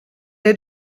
est